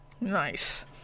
Nice